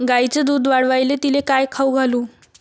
गायीचं दुध वाढवायले तिले काय खाऊ घालू?